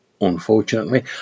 unfortunately